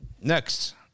Next